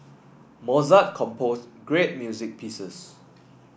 Mozart composed great music pieces